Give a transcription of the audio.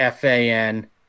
FAN